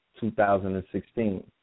2016